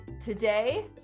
Today